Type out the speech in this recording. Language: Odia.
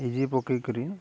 ଇଜି ପକାଇ କରି